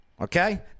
Okay